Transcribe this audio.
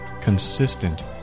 consistent